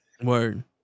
Word